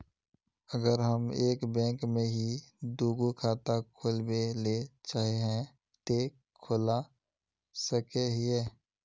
अगर हम एक बैंक में ही दुगो खाता खोलबे ले चाहे है ते खोला सके हिये?